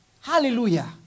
Hallelujah